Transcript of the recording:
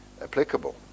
applicable